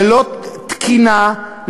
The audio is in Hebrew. ללא תקינה,